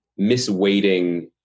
misweighting